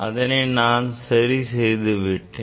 அதனை நான் இப்போது சரி செய்து விட்டேன்